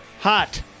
Hot